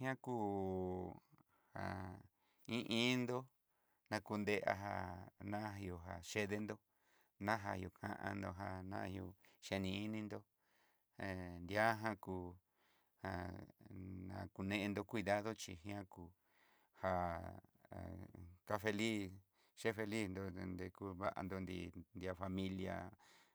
Ña kú jan i iin dó, nakunre ajan na ihó jan chedenró najan yukando jan na ihó yeneininró, hé diajan kú ján nakunendó, cuidado xhi nguian kú ja kan feliz che feliz nró donde kú va'an nró nrí nriá familia,